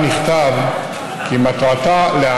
אדוני